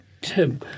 Tim